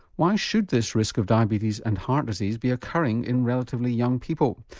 why should this risk of diabetes and heart disease be occurring in relatively young people?